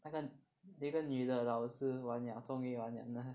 那个有一个女的老师完了终于完了